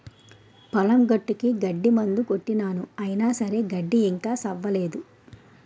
పొలం గట్టుకి గడ్డి మందు కొట్టినాను అయిన సరే గడ్డి ఇంకా సవ్వనేదు